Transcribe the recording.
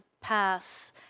pass